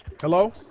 Hello